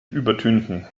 übertünchen